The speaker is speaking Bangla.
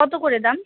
কত করে দাম